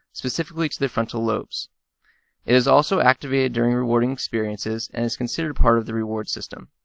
specifically to the frontal lobes. it is also activated during rewarding experiences and is considered part of the reward system.